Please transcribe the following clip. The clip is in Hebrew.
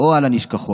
או על הנשכחות,